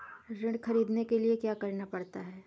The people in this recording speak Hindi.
ऋण ख़रीदने के लिए क्या करना पड़ता है?